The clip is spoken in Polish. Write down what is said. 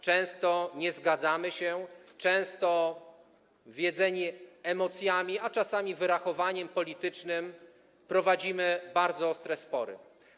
Często nie zgadzamy się, często wiedzeni emocjami, a czasami wyrachowaniem politycznym prowadzimy bardzo ostre spory.